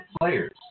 players